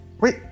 wait